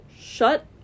Shut